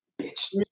bitch